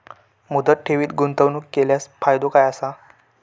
मुदत ठेवीत गुंतवणूक केल्यास फायदो काय आसा?